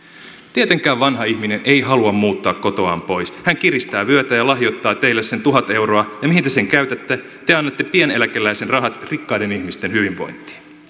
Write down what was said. tietenkään vanha ihminen ei halua muuttaa kotoaan pois hän kiristää vyötä ja lahjoittaa teille sen tuhat euroa ja mihin te sen käytätte te annatte pieneläkeläisen rahat rikkaiden ihmisten hyvinvointiin